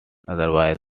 otherwise